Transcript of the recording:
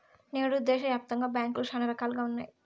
నేడు దేశాయాప్తంగా బ్యాంకులు శానా రకాలుగా ఉన్నాయి